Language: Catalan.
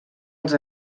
els